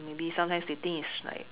maybe sometimes they think is like